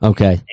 Okay